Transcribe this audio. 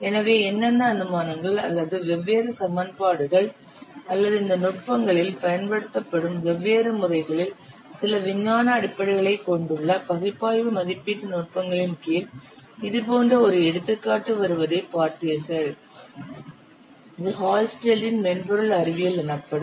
எனவே என்னென்ன அனுமானங்கள் அல்லது வெவ்வேறு சமன்பாடுகள் அல்லது இந்த நுட்பங்களில் பயன்படுத்தப்படும் வெவ்வேறு முறைகளில் சில விஞ்ஞான அடிப்படைகளைக் கொண்டுள்ள பகுப்பாய்வு மதிப்பீட்டு நுட்பங்களின் கீழ் இதுபோன்ற ஒரு எடுத்துக்காட்டு வருவதை பார்த்தீர்கள் இது ஹால்ஸ்டெட்டின் மென்பொருள் அறிவியல் Halstead's software science எனப்படும்